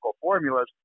formulas